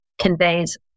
conveys